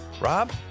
Rob